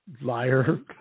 Liar